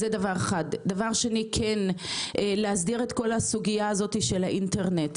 דבר שני להסדיר את כל הסוגיה הזאת של האינטרנט,